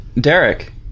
Derek